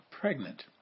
pregnant